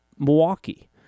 Milwaukee